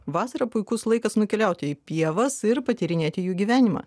vasara puikus laikas nukeliauti į pievas ir patyrinėti jų gyvenimą